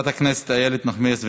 חברת הכנסת איילת נחמיאס ורבין.